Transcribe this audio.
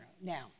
Now